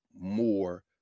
more